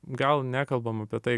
gal nekalbam apie tai